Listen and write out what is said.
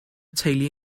teulu